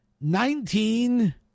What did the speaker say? nineteen